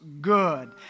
good